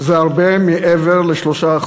זה הרבה מעבר ל-3%.